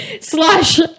slash